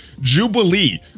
jubilee